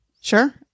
Sure